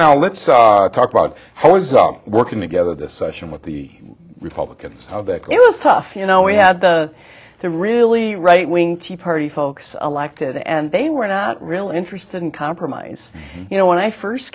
now let's talk about how it's working together this session with the republicans it was tough you know we had the the really right wing tea party folks elected and they were not real interested in compromise you know when i first